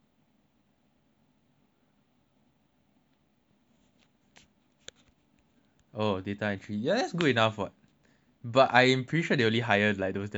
oh data entry but ya that's good enough [what] but I'm pretty sure they only hire like those damn smart people anyway